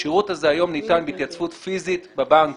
השירות הזה היום ניתן בהתייצבות פיזית בבנק